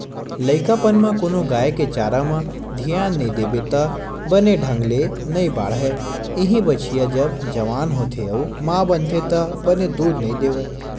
लइकापन म कोनो गाय के चारा म धियान नइ देबे त बने ढंग ले नइ बाड़हय, इहीं बछिया जब जवान होथे अउ माँ बनथे त बने दूद नइ देवय